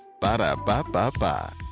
Ba-da-ba-ba-ba